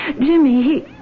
Jimmy